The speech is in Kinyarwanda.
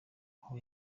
aho